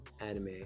anime